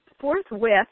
forthwith